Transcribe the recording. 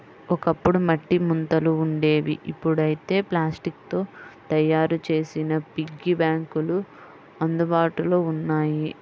ఒకప్పుడు మట్టి ముంతలు ఉండేవి ఇప్పుడైతే ప్లాస్టిక్ తో తయ్యారు చేసిన పిగ్గీ బ్యాంకులు అందుబాటులో ఉన్నాయి